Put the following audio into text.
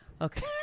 Okay